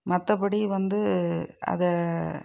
மற்றபடி வந்து அதை